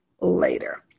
later